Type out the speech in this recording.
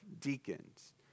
deacons